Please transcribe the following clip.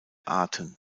arten